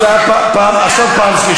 זאת עכשיו פעם שנייה, אבל.